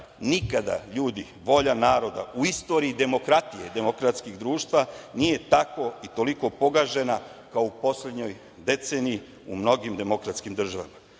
nikada, ljudi, volja naroda, u istoriji demokratije, demokratskih društva, nije tako i toliko pogažena kao u poslednjoj deceniji u mnogim demokratskim državama.I